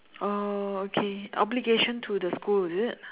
oh okay obligation to the school is it